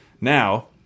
now